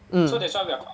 mm